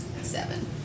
seven